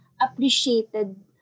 appreciated